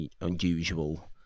unusual